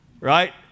right